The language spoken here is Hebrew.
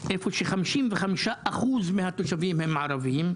איפה ש-55 אחוז מהתושבים הם ערבים,